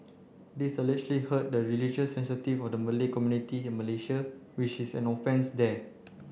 this allegedly hurt the religious sensitivities of the Malay community in Malaysia which is an offence there